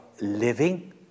living